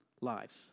lives